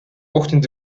ochtend